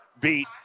beat